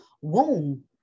womb